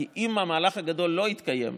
כי אם המהלך הגדול לא יתקיים,